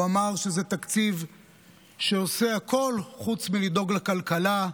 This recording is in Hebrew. הוא אמר שזה תקציב שעושה הכול חוץ מלדאוג לכלכלה,